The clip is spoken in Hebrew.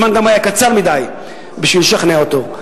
הזמן גם היה קצר מדי בשביל לשכנע אותו.